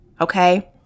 okay